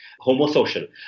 Homosocial